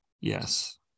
yes